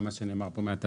גם מה שנאמר פה מהתעשייה.